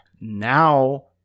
Now